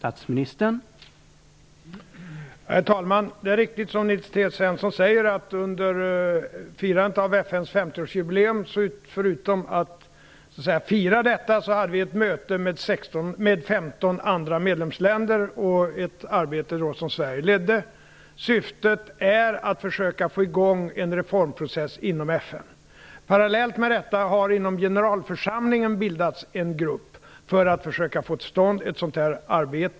Herr talman! Det är riktigt som Nils T Svensson säger, att under firandet av FN:s 50-årsjubileum hade jag ett möte med företrädare för 15 andra medlemsländer. Det var ett arbete som Sverige ledde. Syftet var att försöka få i gång en reformprocess inom FN. Parallellt med detta har det inom generalförsamlingen bildats en grupp för att man skall försöka få till stånd ett sådant arbete.